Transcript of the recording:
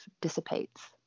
dissipates